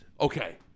Okay